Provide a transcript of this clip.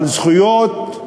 על זכויות,